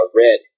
red